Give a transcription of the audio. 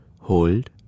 hold